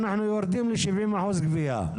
אנחנו יורדים ל-70% גבייה,